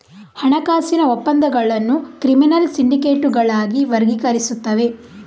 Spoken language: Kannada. ಹಣಕಾಸಿನ ಒಪ್ಪಂದಗಳನ್ನು ಕ್ರಿಮಿನಲ್ ಸಿಂಡಿಕೇಟುಗಳಾಗಿ ವರ್ಗೀಕರಿಸುತ್ತವೆ